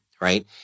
right